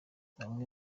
bamwe